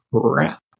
crap